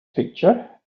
picture